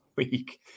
week